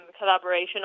collaboration